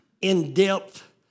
in-depth